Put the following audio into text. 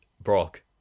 Brock